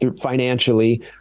financially